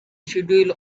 schedule